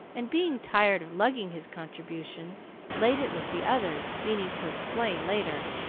and being tired of lugging his contribution laid it with the others, meaning to explain later.